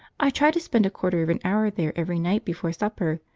i try to spend a quarter of an hour there every night before supper,